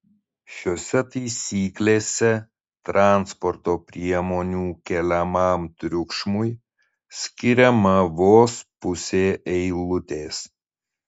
šiose taisyklėse transporto priemonių keliamam triukšmui skiriama vos pusė eilutės